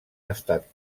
estat